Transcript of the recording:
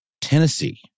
Tennessee